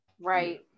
Right